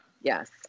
Yes